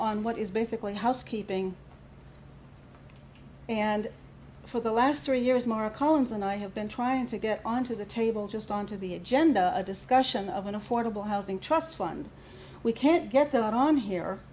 on what is basically housekeeping and for the last three years mark collins and i have been trying to get onto the table just on to the agenda a discussion of an affordable housing trust fund we can't get that on here